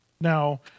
Now